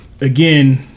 again